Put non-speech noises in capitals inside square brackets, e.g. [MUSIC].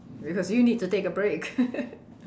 because you need to take a break [LAUGHS]